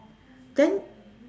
then